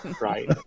right